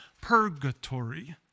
purgatory